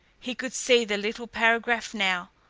he could see the little paragraph now,